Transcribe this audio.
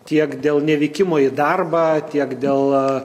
tiek dėl nevykimo į darbą tiek dėl